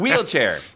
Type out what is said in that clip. Wheelchair